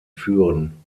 führen